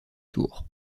tours